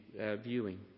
viewing